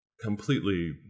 completely